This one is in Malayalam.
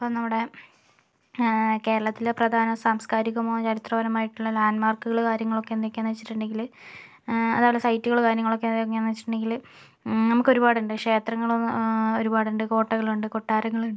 ഇപ്പം നമ്മടെ കേരളത്തിലെ പ്രധാന സാംസ്കാരികവും ചരിത്രപരവുമായിട്ടുള്ള ലാന്ഡ് മാര്ക്കുകളും കാര്യങ്ങളും എന്തൊക്കെയാന്ന് വച്ചിട്ടുണ്ടെങ്കില് അതുപോലെ സൈറ്റുകള് കാര്യങ്ങള് ഏതൊക്കെയാന്ന് വച്ചിട്ടുണ്ടെങ്കില് നമുക്കൊരുപാടുണ്ട് ക്ഷേത്രങ്ങള് ഒരുപാടുണ്ട് കോട്ടകളുണ്ട് കൊട്ടാരങ്ങളുണ്ട്